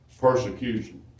persecution